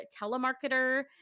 telemarketer